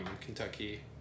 Kentucky